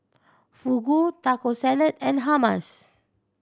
Fugu Taco Salad and Hummus